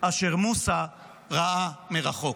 אשר מוסא ראה מרחוק."